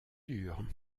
dur